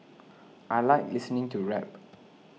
I like listening to rap